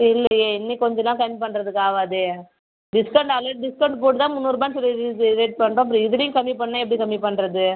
இல்லையே இன்றைக்கி கொஞ்சம் நாள் சென்ட் பண்ணுறதுக்கு ஆகாதே டிஸ்கவுண்ட் அதில் டிஸ்கவுண்ட் போட்டு தான் முந்நூறுரூபாய்ன்னு சொல்லி இது பண்ணுறோம் அப்புறம் இதுலையும் கம்மி பண்ணிணா எப்படி கம்மி பண்ணுறது